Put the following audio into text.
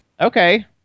Okay